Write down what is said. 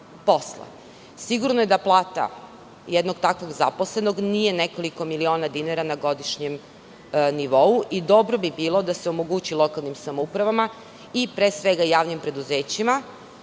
posla. Sigurno je da plata jednog takvog zaposlenog nije nekoliko miliona dinara na godišnjem nivou i dobro bi bilo da se omogući lokalnim samoupravama i, pre svega, javnim preduzećima,